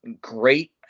great